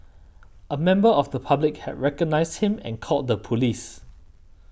a member of the public had recognised him and called the police